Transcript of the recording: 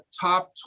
top